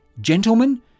Gentlemen